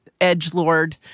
edgelord